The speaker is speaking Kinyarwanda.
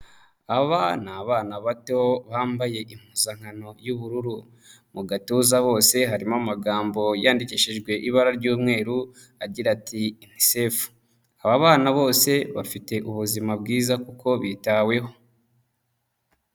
Aba ni abana bato bambaye impuzankano y'ubururu. Mu gatuza bose harimo amagambo yandikishijwe ibara ry'umweru agira ati: "Unicef". Aba bana bose bafite ubuzima bwiza kuko bitaweho.